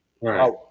Right